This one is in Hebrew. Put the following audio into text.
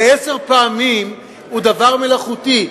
ועשר פעמים זה דבר מלאכותי.